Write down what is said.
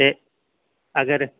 केह् अगर